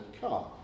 car